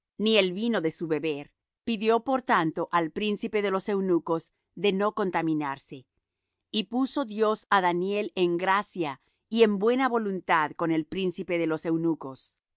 ni en el vino de su beber pidió por tanto al príncipe de los eunucos de no contaminarse y puso dios á daniel en gracia y en buena voluntad con el príncipe de los eunucos